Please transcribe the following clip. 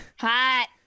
Hot